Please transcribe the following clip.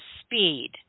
speed